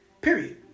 period